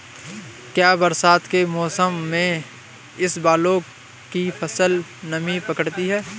क्या बरसात के मौसम में इसबगोल की फसल नमी पकड़ती है?